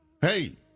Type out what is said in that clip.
hey